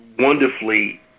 wonderfully